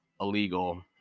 illegal